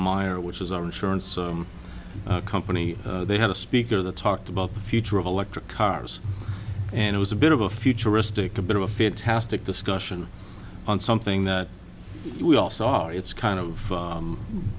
meyer which is our insurance company they had a speaker the talked about the future of electric cars and it was a bit of a futuristic a bit of a fantastic discussion on something that we all saw it's kind of